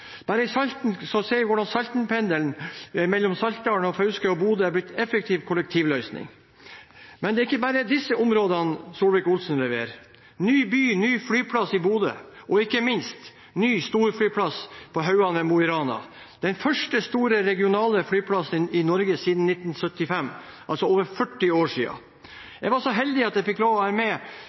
bare se hvordan Saltenpendelen, mellom Saltdal, Fauske og Bodø, er blitt en effektiv kollektivløsning. Det er ikke bare disse områdene Solvik-Olsen leverer på, men også «Ny by – ny flyplass» i Bodø, og ikke minst ny storflyplass på Hauan ved Mo i Rana, den første store regionale flyplassen i Norge siden 1975, altså over 40 år siden. Jeg var så heldig at jeg fikk lov til å være med